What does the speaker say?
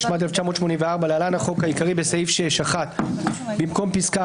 התשמ"ד-1984 (להלן החוק העיקרי) בסעיף 6 במקום פסקה